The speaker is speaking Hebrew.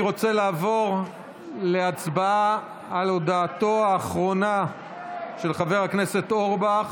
אני רוצה לעבור להצבעה על הודעתו האחרונה של חבר הכנסת אורבך,